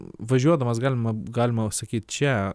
važiuodamas galima galima sakyt čia